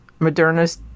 Moderna's